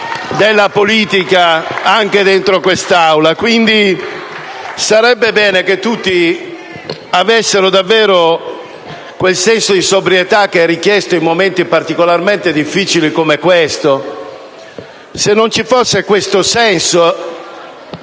della politica, anche dentro quest'Aula. *(Commenti)*. Sarebbe quindi bene che tutti avessero davvero quel senso di sobrietà che è richiesto in momenti particolarmente difficili come questo. Proprio questo senso